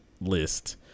list